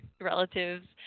relatives